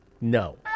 No